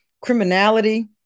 criminality